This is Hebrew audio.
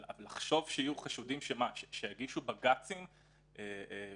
אבל לחשוב שיהיו חשודים שיגישו בג"צים שיידחו,